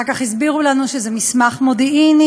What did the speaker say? אחר כך הסבירו לנו שזה מסמך מודיעיני,